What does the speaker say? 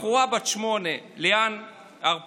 בחורה בת שמונה, ליאן הרפז,